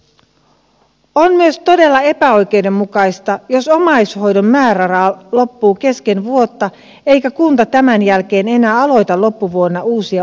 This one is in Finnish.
on myös todella epäoikeudenmukaista jos omaishoidon määräraha loppuu kesken vuotta eikä kunta tämän jälkeen enää aloita loppuvuonna uusia omaishoitosopimuksia